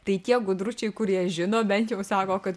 tai tie gudručiai kurie žino bent jau sako kad